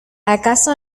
acaso